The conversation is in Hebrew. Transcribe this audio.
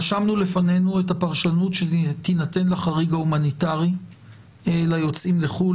רשמנו לפנינו את הפרשנות שתינתן לחריג ההומניטרי ליוצאים לחו"ל,